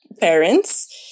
parents